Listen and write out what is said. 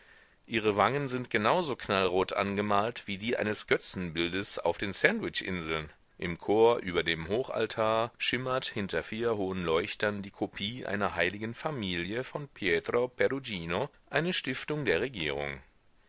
ihre wangen sind genau so knallrot angemalt wie die eines götzenbildes auf den sandwichinseln im chor über dem hochaltar schimmert hinter vier hohen leuchtern die kopie einer heiligen familie von pietro perugino eine stiftung der regierung